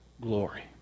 glory